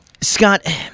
Scott